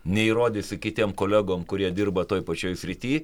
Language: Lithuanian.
neįrodysi kitiem kolegom kurie dirba toj pačioj srity